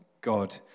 God